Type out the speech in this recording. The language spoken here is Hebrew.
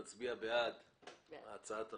הצבעה בעד, פה אחד נגד, אין ההצעה נתקבלה.